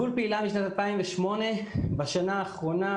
גול פעילה משנת 2008. בשנה האחרונה,